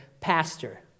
pastor